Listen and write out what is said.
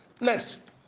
Next